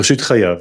ראשית חייו